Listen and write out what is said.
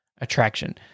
attraction